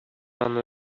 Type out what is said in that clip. аны